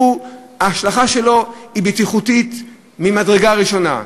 שההשלכה שלו היא בטיחותית ממדרגה ראשונה,